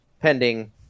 pending